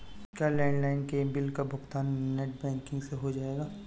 क्या लैंडलाइन के बिल का भुगतान नेट बैंकिंग से हो जाएगा?